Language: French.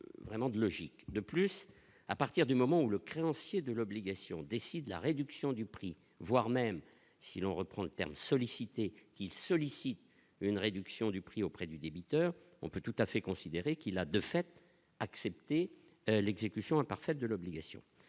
vraiment de logique de plus à partir du moment où le créancier de l'obligation décide la réduction du prix, voire même si l'on reprend le terme sollicité, qui sollicite une réduction du prix auprès du débiteur, on peut tout à fait considérer qu'il a de fait accepté l'exécution imparfaite de l'obligation